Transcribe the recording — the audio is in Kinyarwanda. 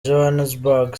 johannesburg